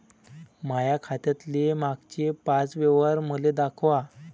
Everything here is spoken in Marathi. माया खात्यातले मागचे पाच व्यवहार मले दाखवा